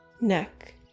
neck